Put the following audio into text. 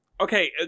Okay